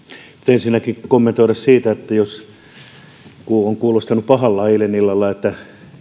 nyt ensinnäkin kommentoida sitä jos on kuulostanut pahalta eilen illalla että